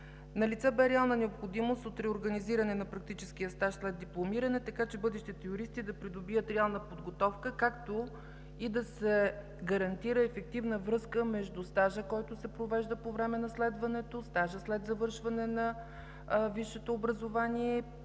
Налице бе реална необходимост от реорганизиране на практическия стаж след дипломиране, така че бъдещите юристи да придобият реална подготовка, както и да се гарантира ефективна връзка между стажа, който се провежда по време на следването, стажа след завършване на висшето образование,